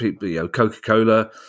Coca-Cola